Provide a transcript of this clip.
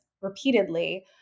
repeatedly